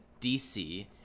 DC